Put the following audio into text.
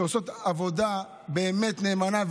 שעושות עבודה נאמנה באמת,